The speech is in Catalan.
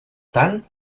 tant